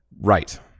Right